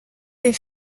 des